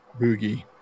boogie